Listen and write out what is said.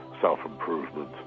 self-improvement